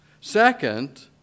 Second